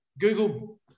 Google